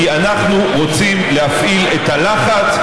כי אנחנו רוצים להפעיל את הלחץ.